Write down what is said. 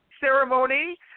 ceremony